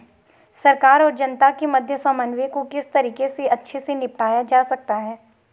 सरकार और जनता के मध्य समन्वय को किस तरीके से अच्छे से निपटाया जा सकता है?